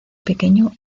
pequeño